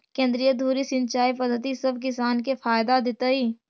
केंद्रीय धुरी सिंचाई पद्धति सब किसान के फायदा देतइ